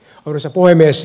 arvoisa puhemies